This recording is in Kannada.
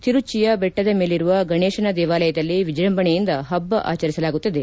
ತಿರುಚ್ಚಿಯ ಬೆಟ್ವದ ಮೇಲಿರುವ ಗಣೇಶನ ದೇವಾಲಯಲ್ಲಿ ವಿಜೃಂಭಣೆಯಿಂದ ಹಬ್ಬ ಆಚರಿಸಲಾಗುತ್ತದೆ